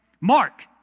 Mark